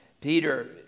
Peter